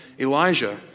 Elijah